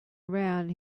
around